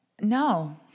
No